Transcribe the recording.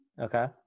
Okay